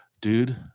dude